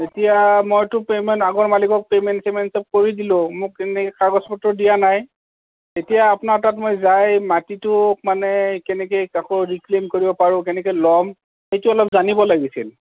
এতিয়া মইতো পে'মেণ্ট আগৰ মালিকক পে'মেণ্ট চেমেণ্ট সব কৰি দিলোঁ মোক এনেই কাগজ পত্ৰ দিয়া নাই এতিয়া আপনাৰ তাত মই যাই মাটিটো মানে কেনেকৈ আকৌ ৰিক্লেইম কৰিব পাৰোঁ কেনেকৈ ল'ম সেইটো অলপ জানিব লাগিছিল